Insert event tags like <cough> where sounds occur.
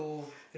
<breath>